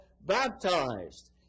baptized